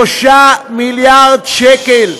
3 מיליארד שקל.